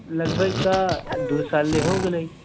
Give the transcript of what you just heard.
लगभग तऽ दू साल हो गेलै